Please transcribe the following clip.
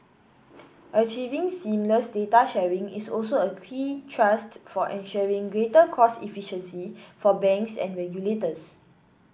achieving seamless data sharing is also a key thrust for ensuring greater cost efficiency for banks and regulators